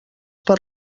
per